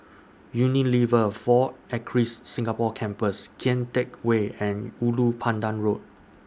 Unilever four Acres Singapore Campus Kian Teck Way and Ulu Pandan Road